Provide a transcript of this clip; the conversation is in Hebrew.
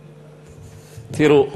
תראו,